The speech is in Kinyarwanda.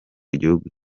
igihugu